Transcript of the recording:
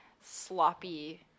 sloppy